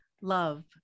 Love